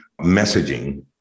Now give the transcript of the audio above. messaging